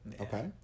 okay